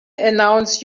announce